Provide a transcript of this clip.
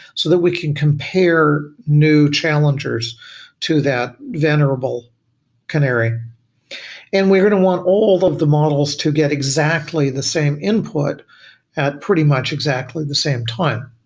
so that we can compare new challengers to that venerable canary and we heard and want all of the models to get exactly the same input at pretty much exactly the same time.